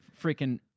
freaking